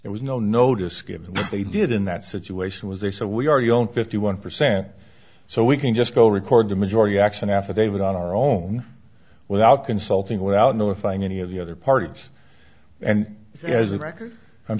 there was no notice given what they did in that situation was there so we already own fifty one percent so we can just go record the majority action affidavit on our own without consulting without notifying any of the other parts and as a record i'm